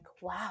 wow